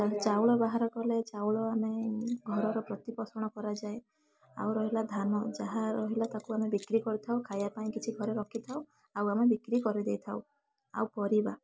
ଯା ଚାଉଳ ବାହାର କଲେ ଚାଉଳ ଆମେ ଘରର ପ୍ରତିପୋଷଣ କରାଯାଏ ଆଉ ରହିଲା ଧାନ ଯାହା ରହିଲା ତାକୁ ଆମେ ବିକ୍ରୀ କରିଥାଉ ଖାଇବା ପାଇଁ କିଛି ଘରେ ରଖିଥାଉ ଆଉ ଆମେ ବିକ୍ରୀ କରିଦେଇଥାଉ ଆଉ ପରିବା